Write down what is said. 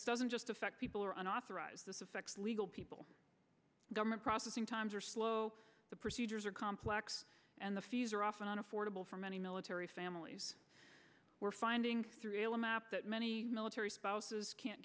this doesn't just affect people or unauthorized this affects legal people government processing times are slow the procedures are complex and the fees are often unaffordable for many military families we're finding a map that many military spouses can't